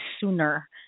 sooner